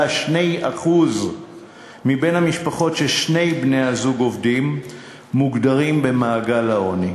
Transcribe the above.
רק 4.2% מבין המשפחות שבהן שני בני-הזוג עובדים מוגדרות במעגל העוני.